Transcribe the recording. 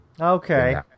Okay